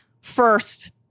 First